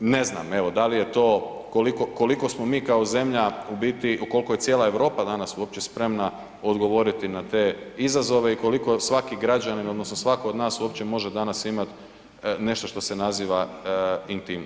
Ne znam evo da li je to, koliko smo mi kao zemlja u biti, koliko je cijela Europa danas uopće spremna odgovoriti na te izazove i koliko svaki građanin, odnosno svatko od nas uopće može danas imati nešto što se naziva intimnost.